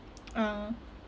ah